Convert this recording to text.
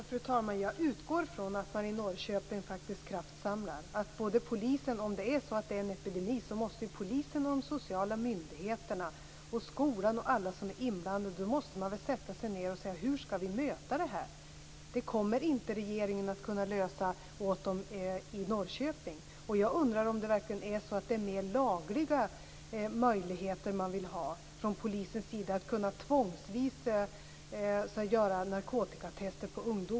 Fru talman! Jag utgår från att man kraftsamlar i Norrköping. Om det är en epidemi måste polisen, de sociala myndigheterna, skolan och alla som är inblandade sätta sig ned och diskutera hur man skall möta problemet. Regeringen kommer inte att kunna lösa problemen åt dem i Norrköping. Jag undrar om man från polisens sida verkligen vill ha fler lagliga möjligheter att tvångsvis göra narkotikatester på ungdomar.